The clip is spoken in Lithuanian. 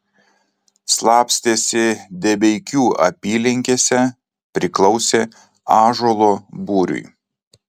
slapstėsi debeikių apylinkėse priklausė ąžuolo būriui